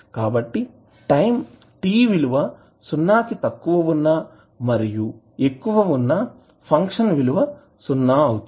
కాబట్టి time t విలువ సున్నాకి తక్కవ వున్నా మరియు ఎక్కువ వున్నా ఫంక్షన్ విలువ సున్నా అవుతుంది